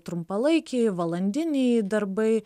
trumpalaikiai valandiniai darbai